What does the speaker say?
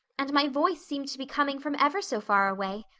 and my voice seemed to be coming from ever so far away.